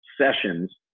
sessions